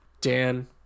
Dan